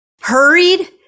hurried